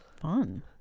Fun